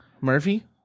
Murphy